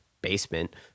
basement